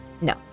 No